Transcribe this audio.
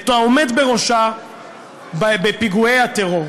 את העומד בראשה בפיגועי הטרור.